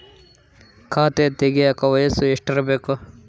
ಖಾತೆ ತೆಗೆಯಕ ವಯಸ್ಸು ಎಷ್ಟಿರಬೇಕು?